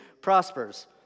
prospers